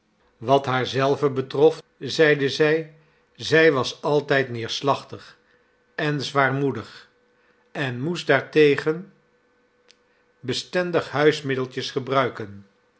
wat haar zelve betrof zeide zij zij was altijd m nelly neerslachtig en zwaarmoedig en moest daartegen bestendig huismiddeltjes gebruiken